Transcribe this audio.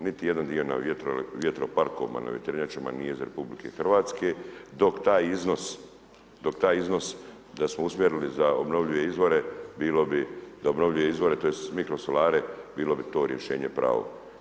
Niti jedan dio na vjetroparkovima na vjetrenjačama nije iz RH, dok taj iznos da smo usmjerili za obnovljive izvore bilo bi, za obnovljive izvore tj. mikrosolare bilo bi to rješenje pravo.